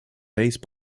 base